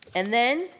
and then,